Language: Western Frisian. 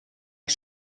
har